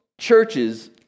churches